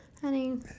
Honey